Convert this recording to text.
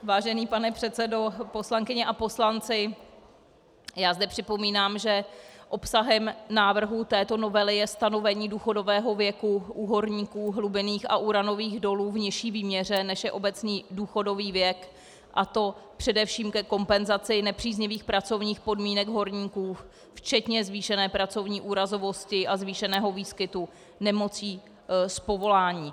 Vážený pane předsedo, poslankyně a poslanci, já zde připomínám, že obsahem návrhu této novely je stanovení důchodové věku u horníků hlubinných a uranových dolů v nižší výměře, než je obecný důchodový věk, a to především ke kompenzaci nepříznivých pracovních podmínek horníků, včetně zvýšené pracovní úrazovosti a zvýšeného výskytu nemocí z povolání.